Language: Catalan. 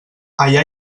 allà